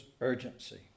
urgency